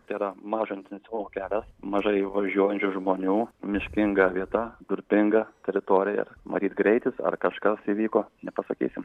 tai yra mažo intensyvumo kelias mažai važiuojančių žmonių miškinga vieta durpinga teritorija ir matyt greitis ar kažkas įvyko nepasakysim